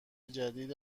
جدید